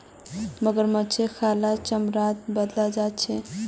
मगरमच्छेर खालक चमड़ात बदलाल जा छेक